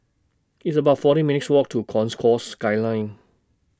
It's about fourteen minutes' Walk to Concourse Skyline